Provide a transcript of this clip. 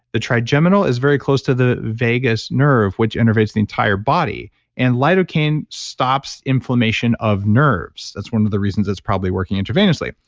the trigeminal is very close to the vagas nerve, which integrates the entire body and lidocaine stops inflammation of nerves. that's one of the reasons it's probably working intravenously.